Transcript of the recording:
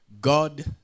God